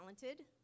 talented